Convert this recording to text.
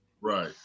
Right